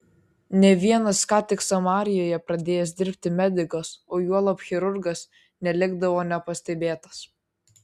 nė vienas ką tik samarijoje pradėjęs dirbti medikas o juolab chirurgas nelikdavo nepastebėtas